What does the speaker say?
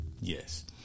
yes